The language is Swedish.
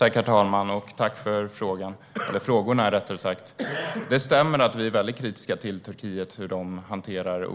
Herr talman! Tack för frågorna! Det stämmer att vi är väldigt kritiska till hur Turkiet hanterar